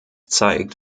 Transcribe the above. zeigt